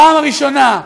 פעם ראשונה,